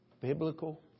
biblical